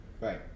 right